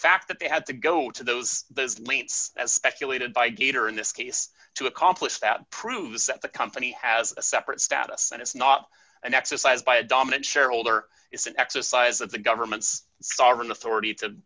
fact that they had to go to those those lengths as speculated by gator in this case to accomplish that proves that the company has a separate status and it's not an exercise by a dominant shareholder it's an exercise of the government's sovereign authority to